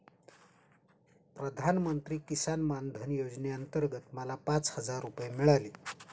प्रधानमंत्री किसान मान धन योजनेअंतर्गत मला पाच हजार रुपये मिळाले